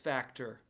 Factor